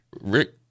Rick